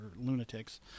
lunatics